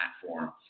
platform